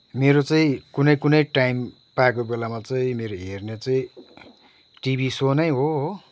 मेरो चाहिँ कुनै कुनै टाइम पाएको बेलामा चाहिँ मेरो हेर्ने चाहिँ टिभी सो नै हो हो